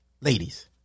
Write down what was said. Ladies